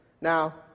Now